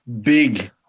big